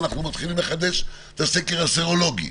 אנחנו מתחילים לחדש את הסקר הסרולוגי.